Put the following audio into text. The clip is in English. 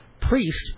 priest